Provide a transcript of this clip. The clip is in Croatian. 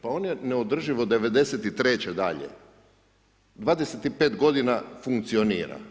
Pa on je neodrživ od 1993. dalje, 25 godina funkcionira.